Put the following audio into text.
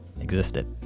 existed